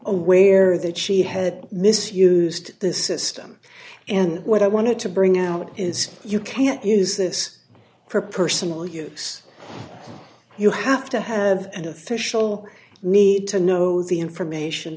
aware that she had misused the system in what i wanted to bring out is you can't use this for personal use you have to have an official need to know the information